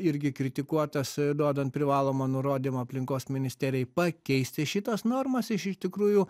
irgi kritikuotas duodant privalomą nurodymą aplinkos ministerijai pakeisti šitas normas iš tikrųjų